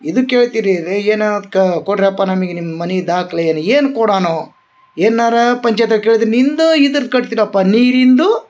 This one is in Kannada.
ಇದು ಕೇಳ್ತೀರಿ ಅಂದ್ರ ಏನೋ ಕೊಡ್ರಿಯಪ್ಪ ನಮಗೆ ನಿಮ್ಮ ಮನೆ ದಾಖ್ಲೆ ಏನು ಏನು ಕೊಡನೊ ಏನಾರ ಪಂಚಾಯ್ತ್ಯಾಗ ಕೇಳಿದ್ರ ನಿಂದ ಇದ್ರ ಕಟ್ತೀರಪ್ಪ ನೀರಿಂದು